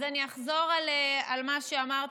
אז אני אחזור על מה שאמרתי,